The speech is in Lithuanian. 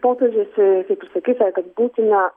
popiežiaus a taip sakyta kad būtina